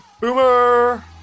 Boomer